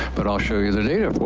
but i'll show you the data for